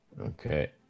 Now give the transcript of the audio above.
Okay